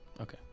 Okay